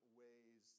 ways